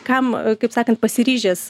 kam kaip sakant pasiryžęs